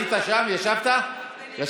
היית שם, ישבת במקום?